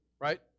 right